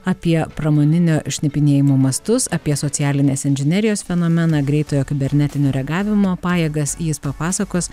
apie pramoninio šnipinėjimo mastus apie socialinės inžinerijos fenomeną greitojo kibernetinio reagavimo pajėgas jis papasakos